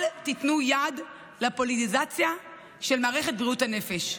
אל תיתנו יד לפוליטיזציה של מערכת בריאות הנפש.